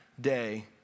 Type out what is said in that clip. day